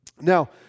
Now